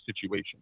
situation